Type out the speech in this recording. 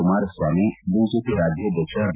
Kumaraswamy BJP ರಾಜ್ವಾದ್ಯಕ್ಷ B